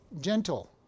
gentle